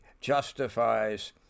justifies